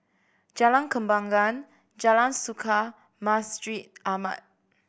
Jalan Kembangan Jalan Suka Masjid Ahmad